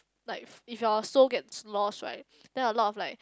like if if your soul gets lost right then a lot of like